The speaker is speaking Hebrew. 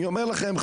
אני אומר לכם,